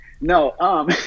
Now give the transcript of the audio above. No